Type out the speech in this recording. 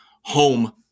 home